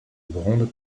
grandes